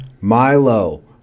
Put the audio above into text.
Milo